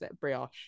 Brioche